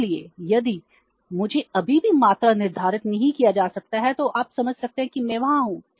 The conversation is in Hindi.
इसलिए यदि मुझे अभी भी मात्रा निर्धारित नहीं किया जा सकता है तो आप समझ सकते हैं कि मैं वहां हूं